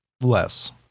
less